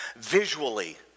visually